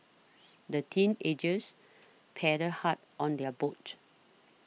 the teenagers paddled hard on their boat